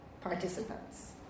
participants